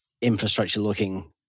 infrastructure-looking